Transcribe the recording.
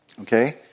okay